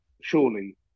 surely